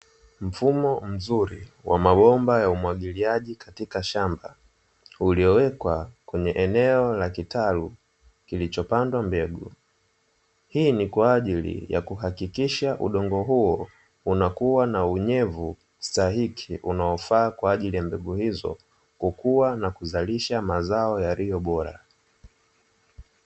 Mfumo mzuri wa mabomba ya umwagiliaji katika shamba uliyowekwa kwenye eneo la kitalu kilichopandwa mbegu. Hii ni kwa ajili ya kuhakikisha udongo huo unakua na unyevu stahiki unaofaa kwa ajili ya mbegu hizo kukua na kuzalisha mazao yaliyo bora.